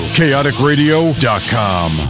chaoticradio.com